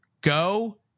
Go